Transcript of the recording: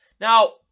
Now